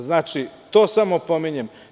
Znači, to samo pominjem.